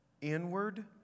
inward